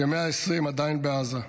שמהם 120 עדיין בעזה.